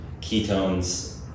ketones